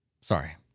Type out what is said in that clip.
Sorry